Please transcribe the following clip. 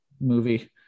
movie